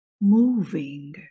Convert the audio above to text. moving